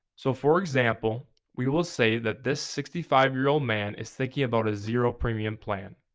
so for example we will say that this sixty five year old man is thinking about a zero premium plan.